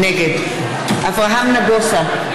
נגד אברהם נגוסה,